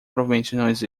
provavelmente